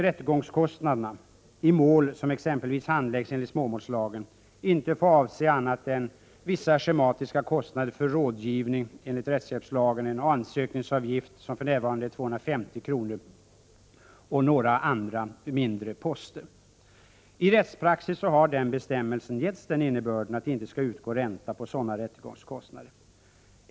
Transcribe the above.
Rättegångskostnaderna i mål som exempelvis handläggs enligt småmålslagen får ju inte avse annat än vissa schematiska kostnader för rådgivning enligt rättshjälpslagen, en ansökningsavgift som för närvarande är 250 kr. och några andra mindre poster. I rättspraxis har den bestämmelsen getts innebörden att det inte skall utgå ränta på sådana rättegångskostnader.